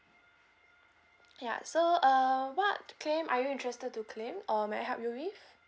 ya so uh what claim are you interested to claim or may I help you with